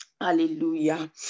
hallelujah